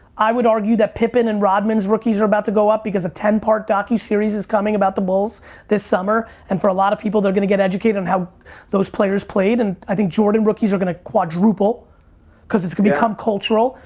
i would argue that pippen and rodman's rookies are about to go up because a ten part docuseries is coming about the bulls this summer and for a lot of people they're gonna get educated on how those players played and i think jordan rookies are gonna quadruple cause it's gonna become cultural.